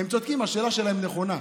הם צודקים, השאלה שלהם נכונה.